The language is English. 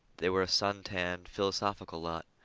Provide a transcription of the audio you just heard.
they were a sun-tanned, philosophical lot,